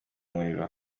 muriro